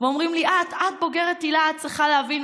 ואומרים לי: את, את בוגרת היל"ה, את צריכה להבין.